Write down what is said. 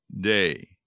day